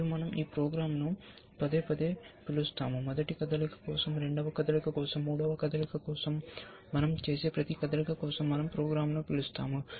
మరియు మనం ఈ ప్రోగ్రామ్ను పదేపదే పిలుస్తాము మొదటి కదలిక కోసం రెండవ కదలిక కోసం మూడవ కదలిక కోసం మనం చేసే ప్రతి కదలిక కోసం మనం ప్రోగ్రామ్ను పిలుస్తాము